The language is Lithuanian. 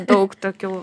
daug tokių